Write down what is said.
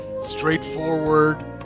straightforward